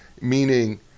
meaning